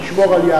על-פי?